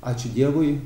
ačiū dievui